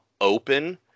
open